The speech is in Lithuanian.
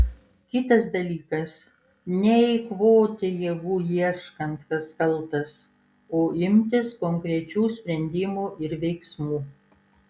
kitas dalykas neeikvoti jėgų ieškant kas kaltas o imtis konkrečių sprendimų ir veiksmų